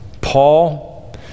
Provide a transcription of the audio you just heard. Paul